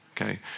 okay